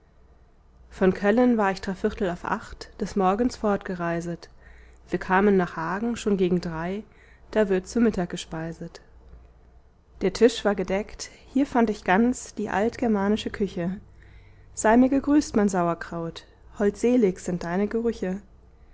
von köllen war ich drei viertel auf acht des morgens fortgereiset wir kamen nach hagen schon gegen drei da wird zu mittag gespeiset der tisch war gedeckt hier fand ich ganz die altgermanische küche sei mir gegrüßt mein sauerkraut holdselig sind deine gerüche